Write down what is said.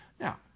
Now